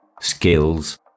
skills